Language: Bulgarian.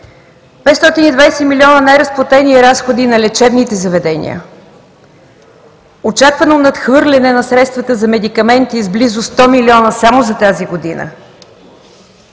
520 милиона неразплатени разходи на лечебните заведения. Очаквано надхвърляне на средствата за медикаменти с близо 100 милиона само за тази година.